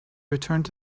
returned